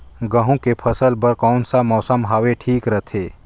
गहूं के फसल बर कौन सा मौसम हवे ठीक रथे?